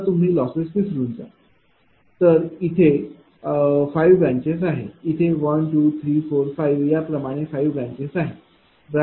आता तुम्ही लॉसेस विसरून जा तर इथे 5 ब्रांचेस आहेत इथे 1 2 3 4 5 याप्रमाणे 5 ब्रांचेस आहेत